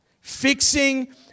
Fixing